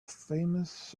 famous